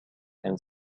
and